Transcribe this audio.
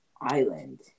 island